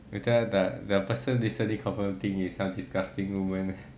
later the the person listening confirm think you some disgusting woman